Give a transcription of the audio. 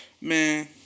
Man